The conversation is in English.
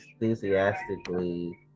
enthusiastically